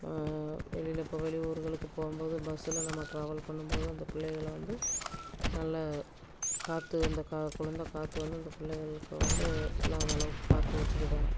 வெளியில் இப்போ வெளியூருகளுக்கு போகும் போது பஸ்ஸுல் நம்ம ட்ராவல் பண்ணும் போது அந்த பிள்ளைகள வந்து நல்லா காற்று அந்த கா குளிர்ந்த காற்று வந்து அந்த பிள்ளைகளுக்கு வந்து விழாத அளவுக்கு பார்த்து வச்சிக்கிடணும்